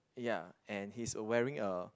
ya and he is wearing a